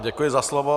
Děkuji za slovo.